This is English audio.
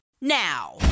now